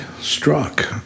struck